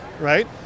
right